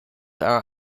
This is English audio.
are